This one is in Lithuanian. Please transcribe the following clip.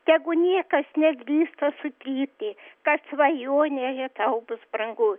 tegu niekas nedrįsta sutrypti kas svajonėje tau bus brangu